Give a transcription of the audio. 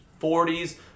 40s